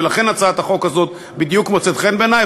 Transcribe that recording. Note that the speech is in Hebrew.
ולכן הצעת החוק הזאת בדיוק מוצאת חן בעיני,